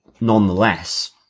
nonetheless